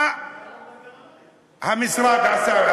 מה המשרד עשה?